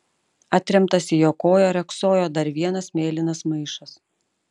atremtas į jo koją riogsojo dar vienas mėlynas maišas